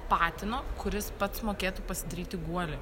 patino kuris pats mokėtų pasidaryti guolį